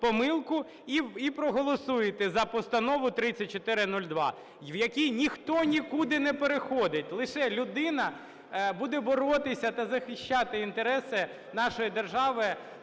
і проголосуєте за постанову 3402, в якій ніхто нікуди не переходить, лише людина буде боротися та захищати інтереси нашої держави